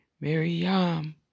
Maryam